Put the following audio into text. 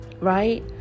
right